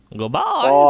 Goodbye